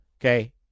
Okay